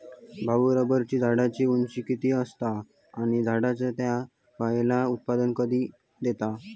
भाऊ, रबर झाडाची उंची किती असता? आणि झाड त्याचा पयला उत्पादन कधी देता?